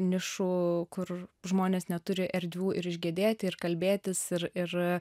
nišų kur žmonės neturi erdvių ir išgedėti ir kalbėtis ir ir